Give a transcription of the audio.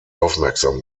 aufmerksam